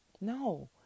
No